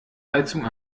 heizung